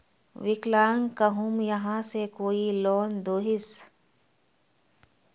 विकलांग कहुम यहाँ से कोई लोन दोहिस?